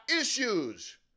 issues